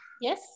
Yes